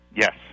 Yes